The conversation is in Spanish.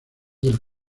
del